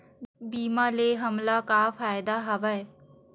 बीमा ले हमला का फ़ायदा हवय?